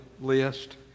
list